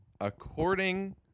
according